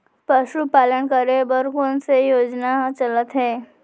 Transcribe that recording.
पशुपालन करे बर कोन से योजना चलत हे?